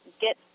get